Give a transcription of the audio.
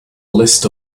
list